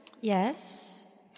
Yes